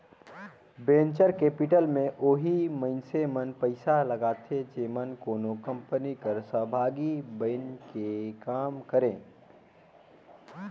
venture capital में ओही मइनसे मन पइसा लगाथें जेमन कोनो कंपनी कर सहभागी बइन के काम करें